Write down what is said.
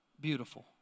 beautiful